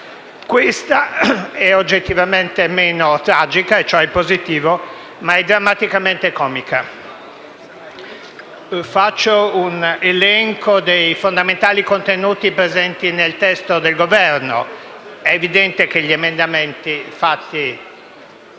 legge è oggettivamente meno tragico, il che è positivo, ma è drammaticamente comico. Faccio un elenco dei fondamentali contenuti presenti nel testo del Governo (è evidente che gli emendamenti